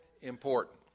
important